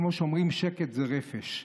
כמו שאומרים, שקט זה רפש.